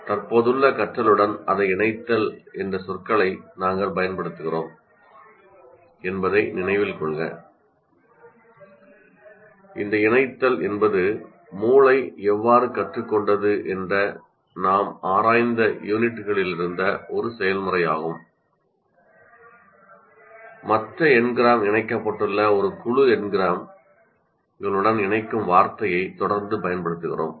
'தற்போதுள்ள கற்றலுடன் அதை இணைத்தல்' என்ற சொற்களை நாங்கள் பயன்படுத்துகிறோம் என்பதை நினைவில் கொள்க இந்த இணைத்தல் என்பது மூளை எவ்வாறு கற்றுக்கொண்டது என்பதை நாம் ஆராய்ந்த யூனிட்டுகளிலிருந்து ஒரு செயல்முறையாகும் மற்ற எங்கிரும் இணைக்கப்பட்டுள்ள ஒரு குழு எங்கிரும் களுடன் இணைக்கும் வார்த்தையை தொடர்ந்து பயன்படுத்துகிறோம்